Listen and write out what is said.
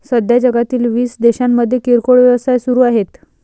सध्या जगातील वीस देशांमध्ये किरकोळ व्यवसाय सुरू आहेत